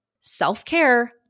Self-care